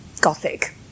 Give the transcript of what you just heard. gothic